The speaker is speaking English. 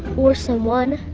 or someone.